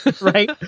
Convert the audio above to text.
Right